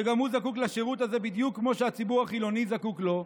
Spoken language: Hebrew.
שגם הוא זקוק לשירות הזה בדיוק כמו שהציבור החילוני זקוק לו,